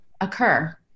occur